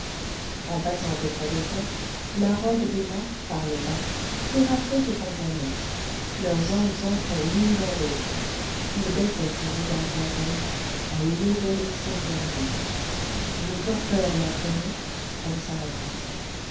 en passant auprès des portes la robe d'emma par le bas s'éraflait au pantalon leurs jambes entraient l'une dans l'autre il baissait ses regards vers elle elle levait les siens vers lui une torpeur la prenait elle s'arrêta